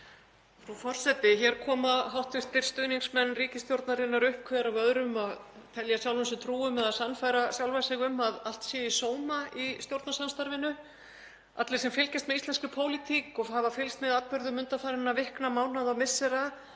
Frú forseti. Hér koma hv. stuðningsmenn ríkisstjórnarinnar upp hver af öðrum að telja sjálfum sér trú um eða sannfæra sjálfa sig um að allt sé í sóma í stjórnarsamstarfinu. Allir sem fylgjast með íslenskri pólitík og hafa fylgst með atburðum undanfarinna vikna, mánaða og missera